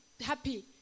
happy